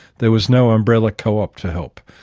there was no umbrella co-op to help.